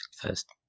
first